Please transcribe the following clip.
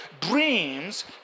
dreams